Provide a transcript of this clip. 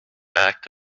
act